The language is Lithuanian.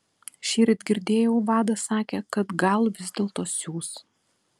šįryt girdėjau vadas sakė kad gal vis dėlto siųs